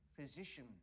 physician